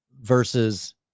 versus